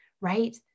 right